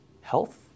Health